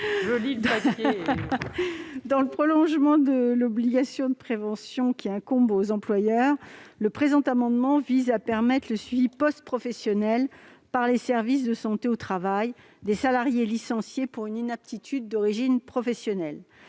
Dans le prolongement de l'obligation de prévention qui incombe aux employeurs, cet amendement vise à permettre le suivi post-professionnel par les services de prévention et de santé au travail des salariés licenciés pour une inaptitude d'origine professionnelle.